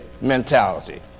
mentality